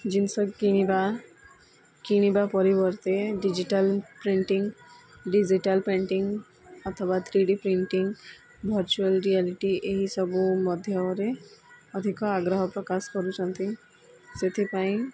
ଜିନିଷ କିଣିବା କିଣିବା ପରିବର୍ତ୍ତେ ଡ଼ିଜିଟାଲ୍ ପ୍ରିଣ୍ଟିଂ ଡ଼ିଜିଟାଲ୍ ପେଣ୍ଟିଂ ଅଥବା three D printing virtual reality ଏହିସବୁ ମଧ୍ୟମରେ ଅଧିକ ଆଗ୍ରହ ପ୍ରକାଶ କରୁଛନ୍ତି ସେଥିପାଇଁ